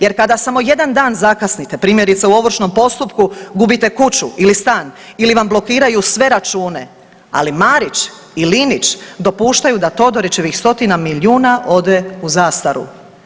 Jer kada samo jedan dan zakasnite, primjerice u Ovršnom postupku, gubite kuću ili stan, ili vam blokiraju sve račune, ali Marić i Linić dopuštaju da Todorićevih stotina milijuna ode u zastaru.